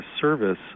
service